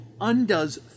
undoes